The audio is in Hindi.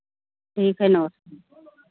ठीक है नमस्ते